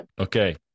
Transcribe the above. Okay